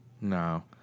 No